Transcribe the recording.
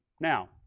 Now